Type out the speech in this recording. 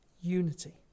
unity